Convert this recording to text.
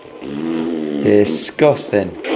Disgusting